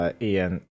Ian